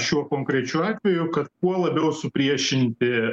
šiuo konkrečiu atveju kad kuo labiau supriešinti